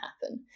happen